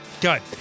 Good